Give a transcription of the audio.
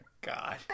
God